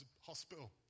hospital